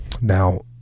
Now